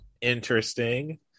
interesting